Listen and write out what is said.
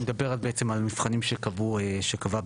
אני מדבר בעצם על המבחנים שקבע בית